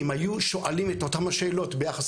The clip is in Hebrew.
אם היו שואלים את אותם השאלות ביחס